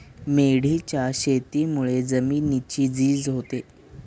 मेंढीच्या शेतीमुळे जमिनीची झीज होते